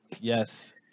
Yes